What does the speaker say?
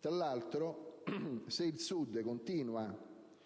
Tra l'altro, se il Sud continua